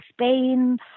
Spain